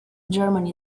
germany